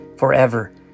forever